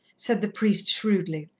said the priest shrewdly.